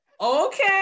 okay